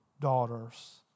daughters